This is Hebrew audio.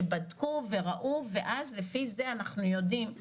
שבדקו וראו ואז לפי זה אנחנו יודעים.